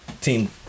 Team